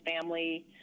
family